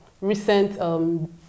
recent